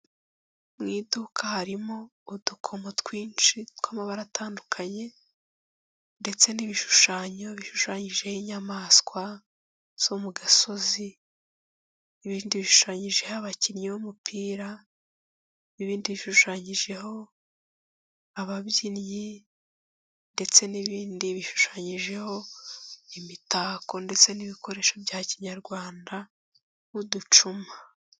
Mu iduka harimo udukomo twinshi tw'amabara atandukanye ndetse n'ibishushanyo bishushanyijeho inyamaswa zo mu gasozi, ibindi bishushanyijeho abakinnyi b'umupira, ibindi bishushanyijeho ababyinnyi ndetse n'ibindi bishushanyijeho imitako ndetse n'ibikoresho bya kinyarwanda nk'uducuma.